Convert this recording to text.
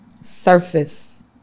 surface